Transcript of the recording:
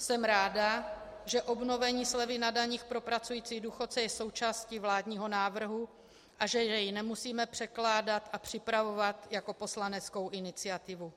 Jsem ráda, že obnovení slevy na dani pro pracující důchodce je součástí vládního návrhu a že je nemusíme předkládat a připravovat jako poslaneckou iniciativu.